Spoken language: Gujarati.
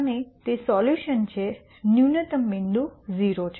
અને તે સોલ્યુશન છે ન્યૂનતમ બિંદુ 0 છે